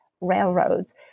Railroads